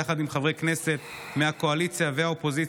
יחד עם חברי כנסת מהקואליציה ומהאופוזיציה,